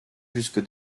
jusque